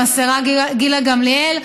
עם השרה גילה גמליאל.